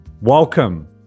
welcome